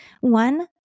One